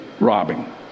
Robbing